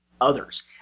others